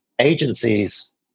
agencies